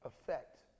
effect